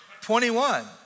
21